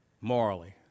morally